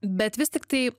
bet vis tiktai